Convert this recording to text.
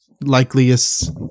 likeliest